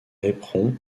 éperon